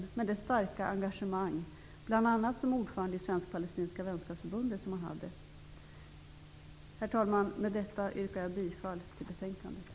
Han hade ett starkt engagemang, bl.a. som ordförande i Svensk Herr talman! Med det anförda yrkar jag bifall till utskottets hemställan.